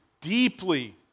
deeply